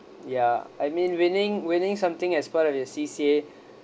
ya I mean winning winning something as part of your C_C_A